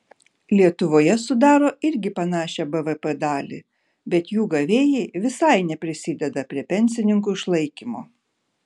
lietuvoje sudaro irgi panašią bvp dalį bet jų gavėjai visai neprisideda prie pensininkų išlaikymo